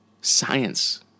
science